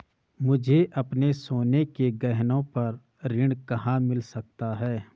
मुझे अपने सोने के गहनों पर ऋण कहाँ मिल सकता है?